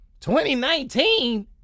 2019